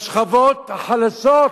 לשכבות החלשות,